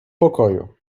pokoju